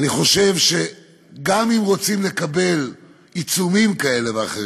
אני חושב שגם אם רוצים לקבל עיצומים כאלה ואחרים,